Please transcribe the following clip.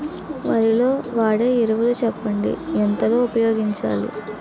వరిలో వాడే ఎరువులు చెప్పండి? ఎంత లో ఉపయోగించాలీ?